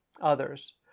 others